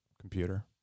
computer